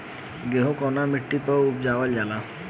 गेहूं कवना मिट्टी पर उगावल जाला?